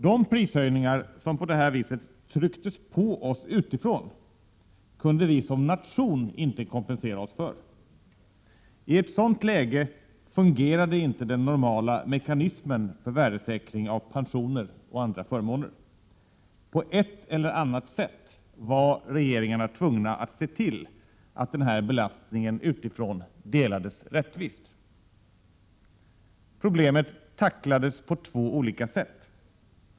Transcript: De prishöjningar som på det här viset trycktes på oss utifrån kunde vi som nation inte kompensera oss för. I ett sådant läge fungerade inte den normala mekanismen för värdesäkring av pensioner och andra förmåner. På ett eller annat sätt var regeringarna tvungna att se till att den här belastningen utifrån delades rättvist. Problemet tacklades på två olika sätt.